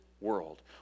world